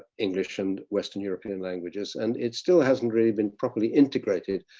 english and western european languages. and it still hasn't really been properly integrated.